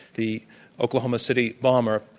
the oklahoma city bomber.